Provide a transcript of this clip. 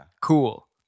Cool